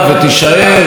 וזה לא ישתנה.